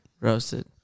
Roasted